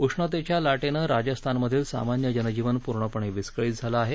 उष्णतेच्या लाटेनं राजस्थानमधील सामान्य जनजीवन पुर्णपणे विस्कळीत झालं आहे